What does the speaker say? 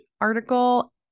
article